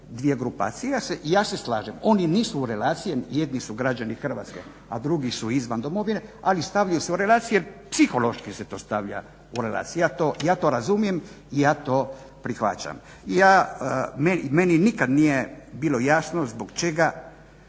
dvije grupacije. Ja se slažem, oni nisu u relaciji, jedni su građani Hrvatske a drugi su izvan domovine ali stavljaju se u relaciju jer psihološki se to stavlja u relaciju. Ja to razumijem i ja to prihvaćam. Meni nikad nije bilo jasno zbog čega